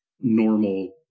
normal